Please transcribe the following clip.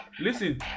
listen